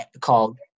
called